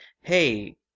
hey